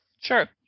Sure